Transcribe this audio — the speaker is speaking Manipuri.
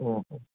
ꯑꯣ ꯑꯣ